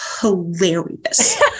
hilarious